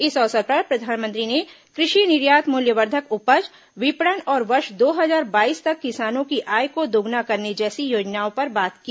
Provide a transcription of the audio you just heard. इस अवसर पर प्रधानमंत्री ने कृषि निर्यात मूल्यवर्धक उपज विपणन और वर्ष दो हजार बाईस तक किसानों की आय को दोगुना करने जैसी योजनाओं पर बात की